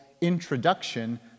introduction